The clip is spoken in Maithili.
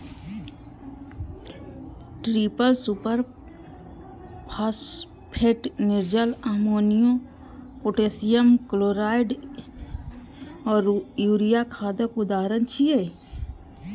ट्रिपल सुपरफास्फेट, निर्जल अमोनियो, पोटेशियम क्लोराइड आ यूरिया खादक उदाहरण छियै